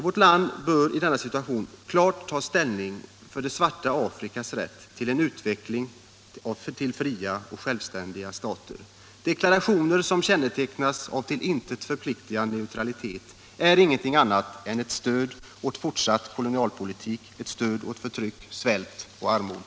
Vårt land bör i denna situation klart ta ställning för det svarta Afrikas rätt till en utveckling till fria och självständiga stater. Deklarationer som kännetecknas av till intet förpliktigande neutralitet är inget annat än stöd åt fortsatt kolonialpolitik, ett stöd åt förtryck, svält och armod.